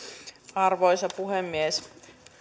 arvoisa puhemies